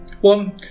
One